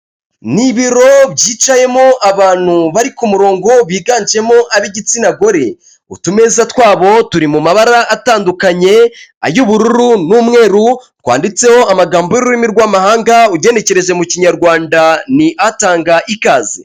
Ni ibiro byicayemo abantu bari ku murongo biganjemo ab'igitsina gore, utumesa twabo turi mu mabara atandukanye ay'ubururu n'umweru twanditseho amagambo y'ururimi rw'amahanga ugenekereje mu Kinyarwanda ni atanga ikaze.